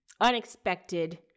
unexpected